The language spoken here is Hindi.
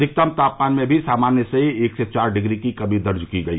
अधिकतम तापमान में भी सामान्य से एक से चार डिग्री की कमी दर्ज की गई